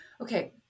Okay